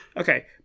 Okay